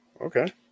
okay